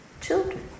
children